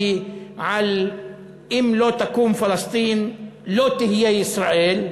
על אם לא תקום פלסטין לא תהיה ישראל,